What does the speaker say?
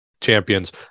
champions